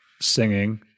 singing